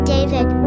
David